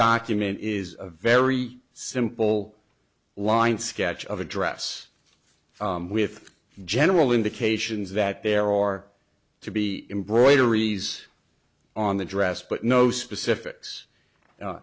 document is a very simple line sketch of address with general indications that there are to be embroideries on the dress but no specific